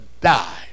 die